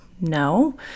No